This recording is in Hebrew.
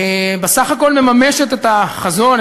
ובסך הכול מממשת את החזון,